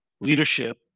leadership